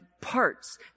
parts